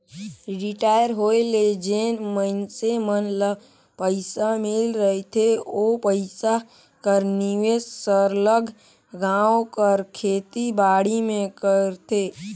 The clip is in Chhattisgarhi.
रिटायर होए ले जेन मइनसे मन ल पइसा मिल रहथे ओ पइसा कर निवेस सरलग गाँव कर खेती बाड़ी में करथे